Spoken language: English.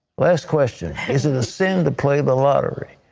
last question. is it a sin to play the lottery?